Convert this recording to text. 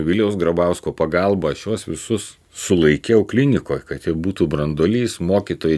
viliaus grabausko pagalba aš juos visus sulaikiau klinikoje kad jie būtų branduolys mokytojai